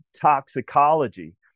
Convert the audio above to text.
toxicology